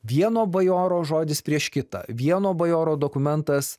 vieno bajoro žodis prieš kitą vieno bajoro dokumentas